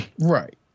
Right